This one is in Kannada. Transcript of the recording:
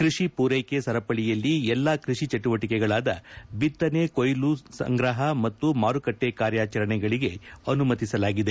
ಕೃಷಿ ಪೂರ್ಕೆಕೆ ಸರಪಳಿಯಲ್ಲಿ ಎಲ್ಲಾ ಕೃಷಿ ಚಟುವಟಿಕೆಗಳಾದ ಬಿತ್ತನೆ ಕೊಯ್ಲು ಸಂಗ್ರಹ ಮತ್ತು ಮಾರುಕಟ್ಟೆ ಕಾರ್ಯಾಚರಣೆಳಿಗೆ ಅನುಮತಿಸಲಾಗಿದೆ